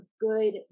good